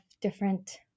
different